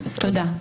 תודה.